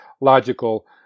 logical